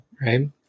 right